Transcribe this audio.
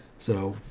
so,